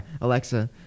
Alexa